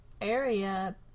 area